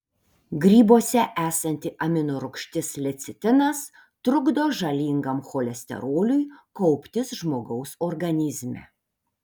grybuose esanti amino rūgštis lecitinas trukdo žalingam cholesteroliui kauptis žmogaus organizme